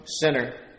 sinner